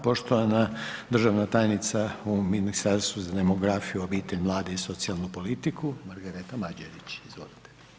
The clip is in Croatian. Poštovana državna tajnica u Ministarstvu za demografiju, obitelj, mlade i socijalnu politiku Margareta Mađerić, izvolite.